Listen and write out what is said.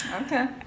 Okay